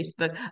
Facebook